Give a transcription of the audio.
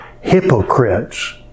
hypocrites